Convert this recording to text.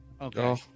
Okay